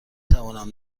توانم